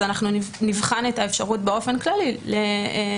אז אנחנו נבחן את האפשרות באופן כללי להתאים